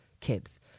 kids